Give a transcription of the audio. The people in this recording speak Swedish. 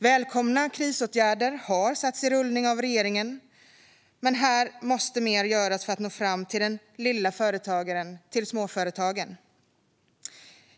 Välkomna krisåtgärder har satts in av regeringen, men mer måste göras för att nå fram till den lilla företagaren, till småföretagen.